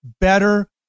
better